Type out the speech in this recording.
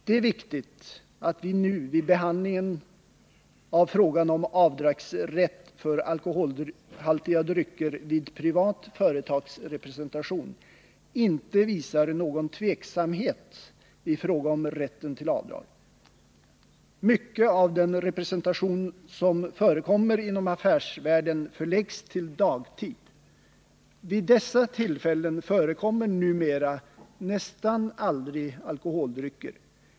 Det är viktigt att vi nu, vid behandlingen av frågan om rätt till avdrag för alkoholhaltiga drycker vid privat företagsrepresentation, inte visar någon tveksamhet. Mycket av den representation som förekommer inom affärsvärlden förläggs till dagtid. Vid dessa tillfällen förekommer numera nästan aldrig alkoholdrycker.